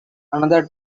another